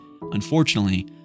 Unfortunately